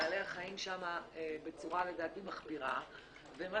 בעלי החיים שם נמצאים בצורה מחפירה לדעתי ולכן,